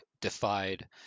defied